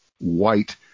white